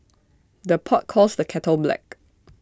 the pot calls the kettle black